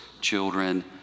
children